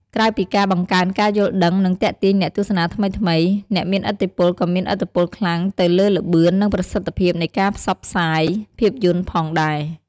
ក្រៅពីការបង្កើនការយល់ដឹង និងទាក់ទាញអ្នកទស្សនាថ្មីៗ អ្នកមានឥទ្ធិពលក៏មានឥទ្ធិពលខ្លាំងទៅលើល្បឿន និងប្រសិទ្ធភាពនៃការផ្សព្វផ្សាយភាពយន្តផងដែរ។